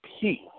peace